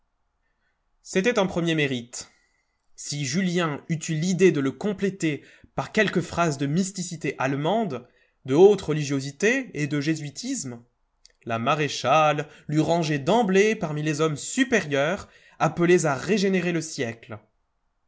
c'était un premier mérite si julien eût eu l'idée de le compléter par quelques phrases de mysticité allemande de haute religiosité et de jésuitisme la maréchale l'eût rangé d'emblée parmi les hommes supérieurs appelés à régénérer le siècle